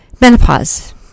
menopause